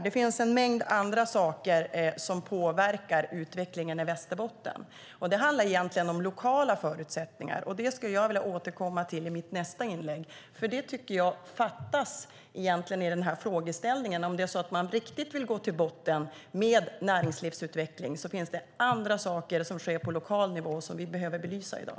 Det finns en mängd andra saker som också påverkar utvecklingen i Västerbotten. Det handlar egentligen om lokala förutsättningar, och det skulle jag vilja återkomma till i mitt nästa inlägg, för det tycker jag fattas i den här frågeställningen. Om man riktigt vill gå till botten med näringslivsutveckling finns det andra saker som sker på lokal nivå och som vi behöver belysa i dag.